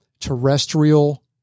terrestrial